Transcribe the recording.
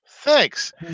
Thanks